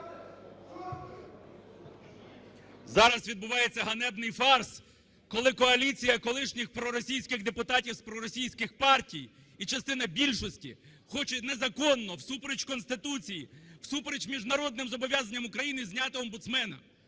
Зараз відбувається ганебний фарс, коли коаліція колишніх проросійських депутатів з проросійських партій і частина більшості хоче незаконно всупереч Конституції, всупереч міжнародним зобов'язанням України зняти омбудсмена.